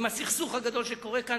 על הסכסוך הזה שקורה כאן,